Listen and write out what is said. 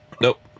Nope